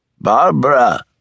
Barbara